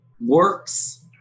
works